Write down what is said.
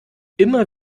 immer